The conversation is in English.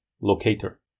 locator